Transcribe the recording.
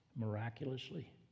miraculously